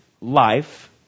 life